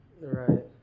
Right